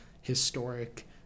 historic